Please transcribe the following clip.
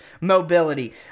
mobility